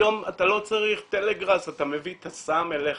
היום אתה לא צריך טלגראס, אתה מביא את הסם אליך.